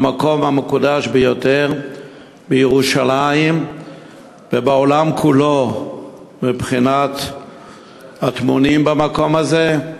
המקום המקודש ביותר בירושלים ובעולם כולו מבחינת הטמונים במקום הזה.